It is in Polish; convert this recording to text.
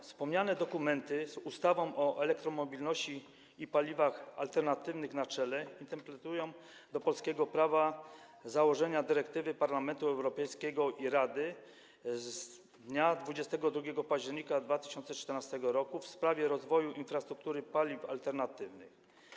Wspomniane dokumenty, z ustawą o elektromobilności i paliwach alternatywnych na czele, implementują do polskiego prawa założenia dyrektywy Parlamentu Europejskiego i Rady z dnia 22 października 2014 r. w sprawie rozwoju infrastruktury paliw alternatywnych.